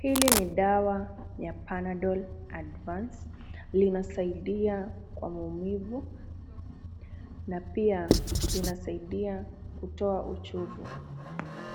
Hili ni dawa ya Panadol Advance. Linasaidia kwa maumivu na pia linasaidia kutoa uchovu.